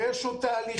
ויש עוד תהליכים